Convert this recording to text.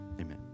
amen